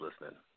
listening